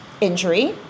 Injury